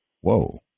Whoa